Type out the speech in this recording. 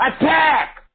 Attack